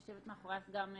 יושבת מאחורייך גם כרמית,